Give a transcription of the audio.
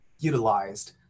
utilized